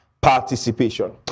participation